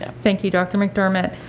and thank you dr. mcdermott.